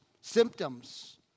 symptoms